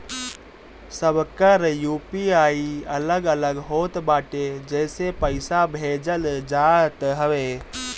सबकर यू.पी.आई अलग अलग होत बाटे जेसे पईसा भेजल जात हवे